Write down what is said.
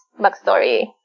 backstory